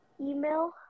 email